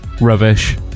rubbish